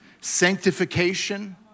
sanctification